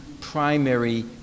primary